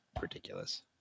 ridiculous